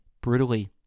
brutally